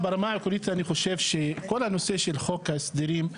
אני שמעתי מה שאמרת לגבי חוק ההסדרים.